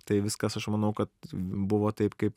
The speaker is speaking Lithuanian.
tai viskas aš manau kad buvo taip kaip